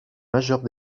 majeur